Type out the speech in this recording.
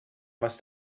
must